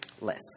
list